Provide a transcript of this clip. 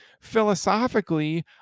philosophically